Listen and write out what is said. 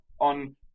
on